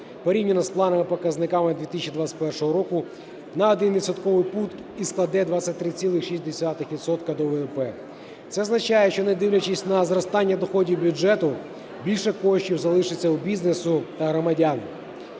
порівняно з плановими показниками 2021 року на один відсотковий пункт і складе 23,6 відсотка до ВВП. Це означає, що, не дивлячись на зростання доходів бюджету, більше коштів залишиться у бізнесу та громадян.